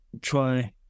try